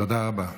תודה רבה.